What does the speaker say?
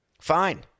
fine